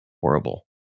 horrible